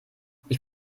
ich